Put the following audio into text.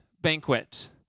banquet